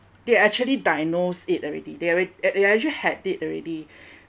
they actually diagnosed it already they alrea~ they actually had it already